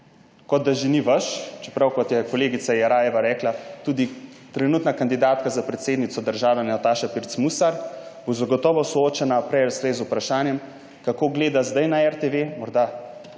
kot da že ni vaš, čeprav bo, kot je kolegica Jerajeva rekla, tudi trenutna kandidatka za predsednico države Nataša Pirc Musar zagotovo soočena prej ali slej z vprašanjem, kako gleda zdaj na RTV. Morda